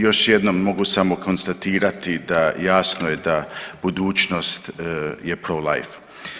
Još jednom mogu samo konstatirati da jasno je da budućnost je prolife.